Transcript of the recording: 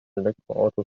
elektroautos